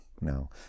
no